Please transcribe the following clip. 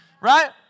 right